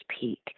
peak